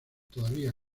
todavía